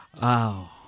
Wow